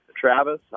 Travis